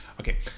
Okay